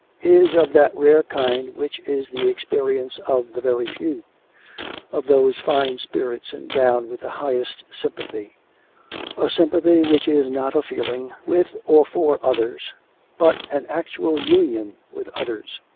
is of that rare kind which is the experience of the very few of those fine spirits endowed with the highest sympathy a sympathy which is not a feeling with or for others but an actual union with others,